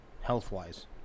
health-wise